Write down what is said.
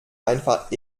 einfach